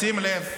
תצייץ.